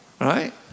right